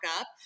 up